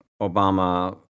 Obama